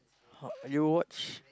you watch